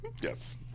Yes